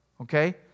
Okay